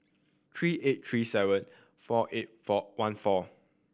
three eight three seven four eight four one four